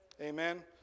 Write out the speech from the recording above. Amen